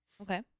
Okay